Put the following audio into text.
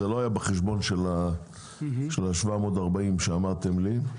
זה לא היה בחשבון של ה-740 שאמרתם לי.